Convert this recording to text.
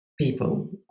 people